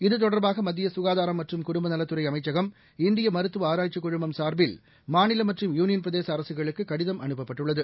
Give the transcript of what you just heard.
இத்தொடர்பாக மத்திய ககாதாரம் மற்றும் குடும்பநலத்துறை அமைச்சகம் இந்திய மருத்துவ ஆராய்ச்சிக் குழுமம் சார்பில் மாநில மற்றும் யூனியன் பிரதேச அரக்களுக்கு கடிதம் அனுப்பப்பட்டுள்ளது